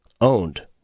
owned